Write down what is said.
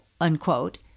unquote